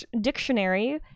Dictionary